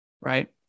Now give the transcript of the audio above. right